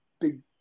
big